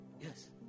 Yes